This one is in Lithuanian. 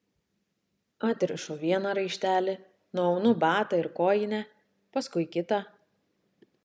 atrišu vieną raištelį nuaunu batą ir kojinę paskui kitą